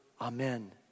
amen